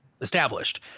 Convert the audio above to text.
established